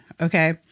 okay